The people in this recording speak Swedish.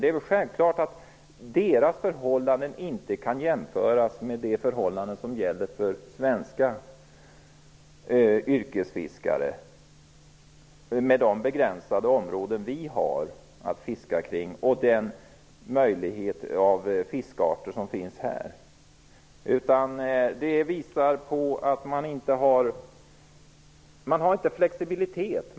Det är väl självklart att förhållandena där inte kan jämföras med förhållandena för svenska yrkesfiskare som endast har tillgång till begränsade områden att fiska i och med de fiskarter som finns här. Det finns ingen flexibilitet.